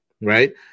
Right